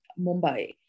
Mumbai